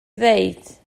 ddweud